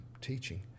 teaching